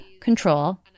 control